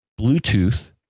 Bluetooth